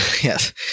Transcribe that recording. Yes